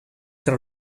tra